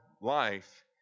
life